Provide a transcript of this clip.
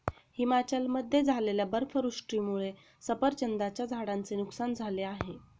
हिमाचलमध्ये झालेल्या बर्फवृष्टीमुळे सफरचंदाच्या झाडांचे नुकसान झाले आहे